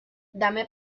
dame